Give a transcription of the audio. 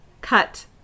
cut